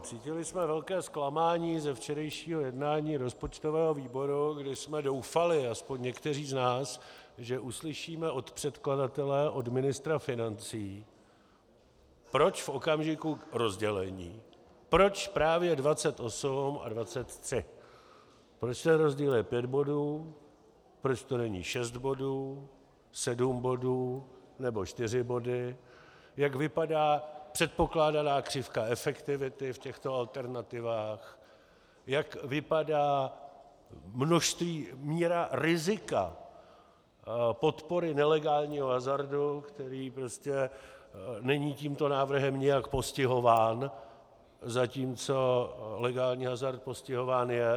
Cítili jsme velké zklamání ze včerejšího jednání rozpočtového výboru, kdy jsme doufali, aspoň někteří z nás, že uslyšíme od předkladatele, od ministra financí, proč v okamžiku rozdělení, proč právě 28 a 23, proč ten rozdíl je pět bodů, proč to není šest bodů, sedm bodů nebo čtyři body, jak vypadá předpokládaná křivka efektivity v těchto alternativách, jak vypadá množství, míra rizika podpory nelegálního hazardu, který prostě není tímto návrhem nijak postihován, zatímco legální hazard postihován je.